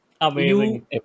Amazing